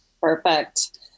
Perfect